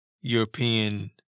European